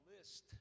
list